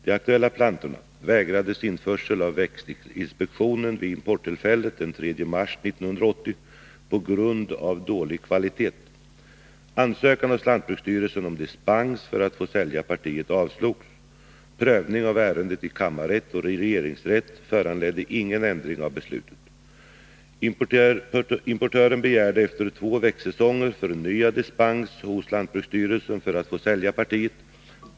De aktuella plantorna vägrades införsel av växtinspektionen vid importtillfället den 3 mars 1980 på grund av dålig kvalitet. Ansökan hos lantbruksstyrelsen om dispens för att få sälja partiet avslogs. Prövning av ärendet i kammarrätt och regeringsrätt föranledde ingen ändring av beslutet. Importören begärde efter två växtsäsonger förnyad dispens hos lantbruksstyrelsen för att få sälja partiet.